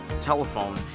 Telephone